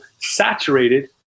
saturated